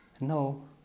No